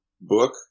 Book